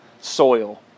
soil